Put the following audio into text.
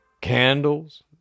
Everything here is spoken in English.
candles